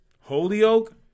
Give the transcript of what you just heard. Holyoke